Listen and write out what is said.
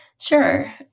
Sure